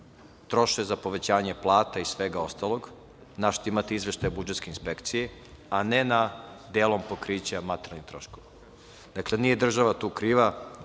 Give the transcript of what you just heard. troše, za povećanje plata i svega ostalog, za šta imate izveštaj budžetske inspekcije, a ne na delom pokriće materijalnih troškova. Dakle, nije država tu kriva,